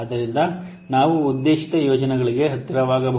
ಆದ್ದರಿಂದ ನಾವು ಉದ್ದೇಶಿತ ಪ್ರಯೋಜನಗಳಿಗೆ ಹತ್ತಿರವಾಗಬಹುದು